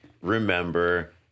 remember